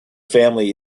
family